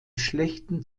schlechten